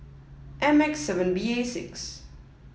M X seven B A six